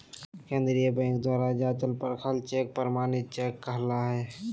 केंद्रीय बैंक द्वारा जाँचल परखल चेक प्रमाणित चेक कहला हइ